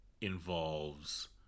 involves